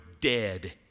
dead